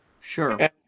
sure